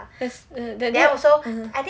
that's uh that's (uh huh)